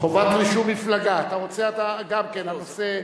גם כן בנושא,